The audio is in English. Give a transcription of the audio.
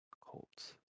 Colts